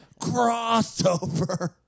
Crossover